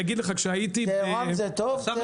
"טהרן" זה טוב?